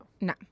No